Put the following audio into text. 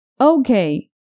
Okay